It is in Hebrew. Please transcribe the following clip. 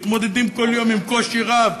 מתמודדים כל יום עם קושי רב,